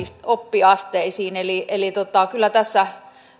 oppiasteisiin eli eli kyllä tässä